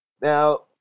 Now